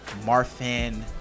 Marfan